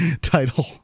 title